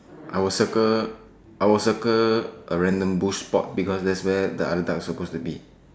I will circle I will circle a random bush spot because that's where the other duck's supposed to be